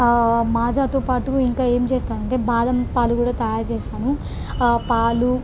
మాజాతో పాటు ఇంకా ఏం చేస్తాను అంటే బాదం పాలు కూడా తయారు చేస్తాను ఆ పాలు